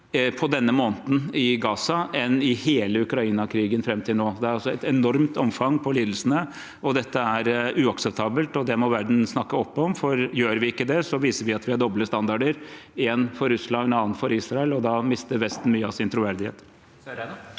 av denne måneden i Gaza enn i hele Ukraina-krigen fram til nå. Det er altså et enormt omfang på lidelsene, og dette er uakseptabelt. Det må verden snakke opp om, for gjør vi ikke det, viser vi at vi har doble standarder: én for Russland og en annen for Israel. Da mister Vesten mye av sin troverdighet.